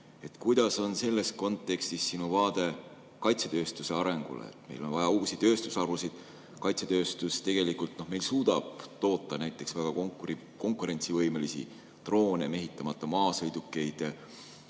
Milline on selles kontekstis sinu vaade kaitsetööstuse arengule? Meil on vaja uusi tööstusharusid. Kaitsetööstus suudab meil toota näiteks väga konkurentsivõimelisi droone, mehitamata maismaasõidukeid,